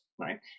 right